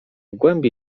głębi